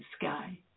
sky